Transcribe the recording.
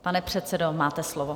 Pane předsedo, máte slovo.